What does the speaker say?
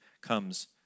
comes